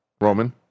Roman